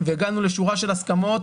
והגענו לשורה של הסכמות